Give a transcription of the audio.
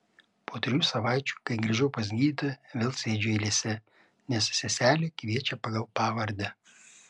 po trijų savaičių kai grįžau pas gydytoją vėl sėdžiu eilėse nes seselė kviečia pagal pavardę